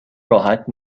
راحت